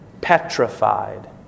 petrified